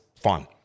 fun